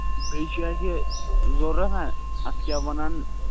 بیٚیہِ چھُ اَسہِ یہِ ضوٚرَتھ نہ اَتھ کیٛاہ وَنان